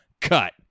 cut